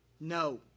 No